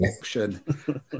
option